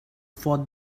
for